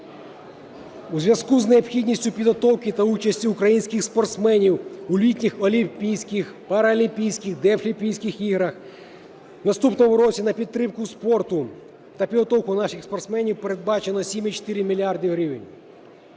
У зв'язку з необхідністю підготовки та участі українських спортсменів у літніх Олімпійських, Паралімпійських, Дефлімпійських іграх у наступному році на підтримку спорту та підготовку наших спортсменів передбачено 7,4 мільярда